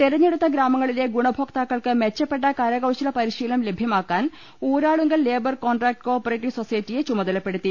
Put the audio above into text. തെരഞ്ഞെടുത്ത ഗ്രാമങ്ങളിലെ ഗുണഭോക്താക്കൾക്ക് മെച്ചപ്പെട്ട കരകൌശല പരിശീലനം ലഭൃമാക്കാൻ Uralungal labour contract co operative സൊസൈറ്റിയെ ചുമതലപ്പെടുത്തി